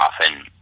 often